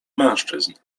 mężczyzn